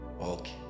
Okay